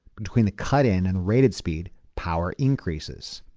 between the cut-in and rated speed, power increases.